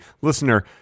listener